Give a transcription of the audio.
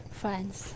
friends